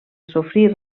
sofrir